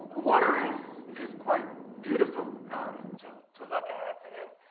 ah water is is quite beautiful to to look at, and